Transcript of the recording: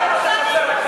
זה מה שחסר לכם.